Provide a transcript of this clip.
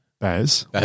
Baz